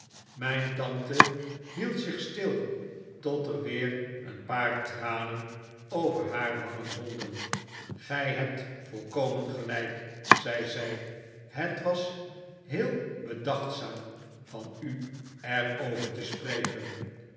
mijn tante hield zich stil tot er weer een paar tranen over haar wangen rolden gij hebt volkomen gelijk zei zij het was heel bedachtzaam van u er over te spreken